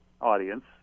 audience